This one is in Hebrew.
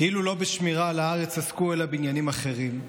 כאילו לא בשמירה על הארץ עסקו אלא בעניינים אחרים.